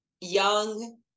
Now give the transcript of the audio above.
young